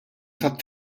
tat